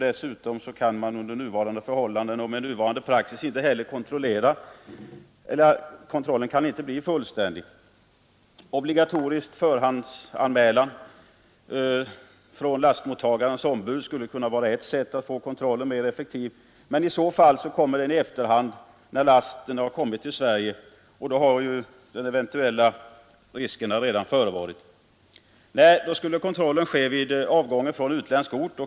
Dessutom kan kontrollen inte bli fullständig under nuvarande förhållanden och med nuvarande praxis. Obligatorisk förhandsanmälan från lastmottagarens ombud skulle kunna vara ett sätt att få kontrollen mera effektiv, men i så fall kommer den i efterhand, när lasten redan är i Sverige, och då har de eventuella riskerna redan förevarit. Nej, då skall kontrollen göras vid avgången från utländsk ort.